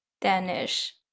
Danish